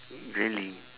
really